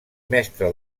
mestre